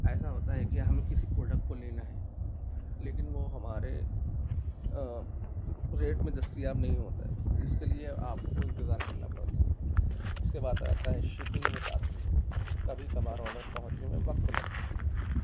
ایسا ہوتا ہے کہ ہمیں کسی پروڈکٹ کو لینا ہے لیکن وہ ہمارے ریٹ میں دستیاب نہیں ہوتا ہے اس کے لیے آپ کو انتظار کرنا پڑتا ہے اس کے بعد آ جاتا ہے شیپنگ میں تاخیر کبھی کبھار آڈر پہنچنے میں وقت لگ سکتا ہے